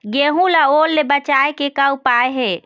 गेहूं ला ओल ले बचाए के का उपाय हे?